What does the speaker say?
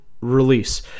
release